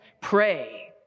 Pray